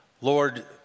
Lord